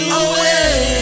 away